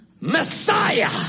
messiah